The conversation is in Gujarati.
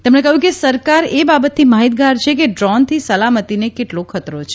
તેમણે કહ્યું કે સરકાર એ બાબતથી માહિતગાર છે કે ડ્રોનથી સલામતીને કેટલો ખતરો છે